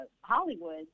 Hollywood